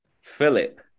Philip